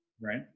Right